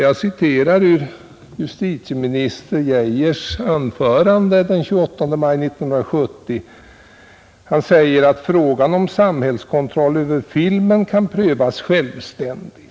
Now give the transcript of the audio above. Jag citerar ur justitieminister Geijers anförande den 28 maj 1970: ”——— frågan om samhällskontroll över filmen kan prövas självständigt.